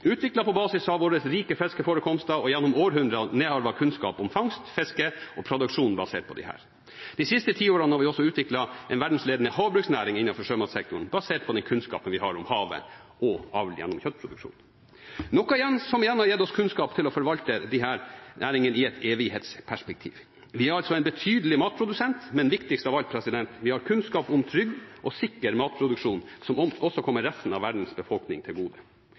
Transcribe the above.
på basis av våre rike fiskeforekomster og gjennom århundrer nedarvet kunnskap om fangst, fiske og produksjon basert på disse. De siste tiårene har vi også utviklet en verdensledende havbruksnæring innenfor sjømatsektoren basert på den kunnskapen vi har om havet og avl gjennom kjøttproduksjon – noe som igjen har gitt oss kunnskap til å forvalte disse næringene i et evighetsperspektiv. Vi er altså en betydelig matprodusent, men viktigst av alt, vi har kunnskap om trygg og sikker matproduksjon som også kommer resten av verdens befolkning til gode.